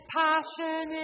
passion